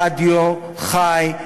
הרדיו חי,